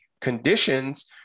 conditions